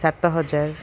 ସାତ ହଜାର